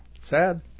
Sad